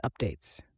updates